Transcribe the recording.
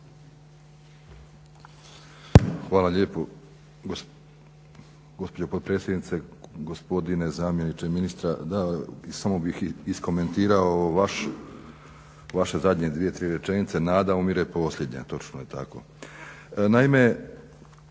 Hvala lijepo gospođo potpredsjednice. Gospodine zamjeniče ministra samo bih iskomentirao vaš, vaše zadnje dvije tri rečenice "Nada umire posljednja", točno je tako.